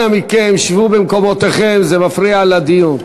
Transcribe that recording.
אנא מכם, שבו במקומותיכם, זה מפריע לדיון.